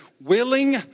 willing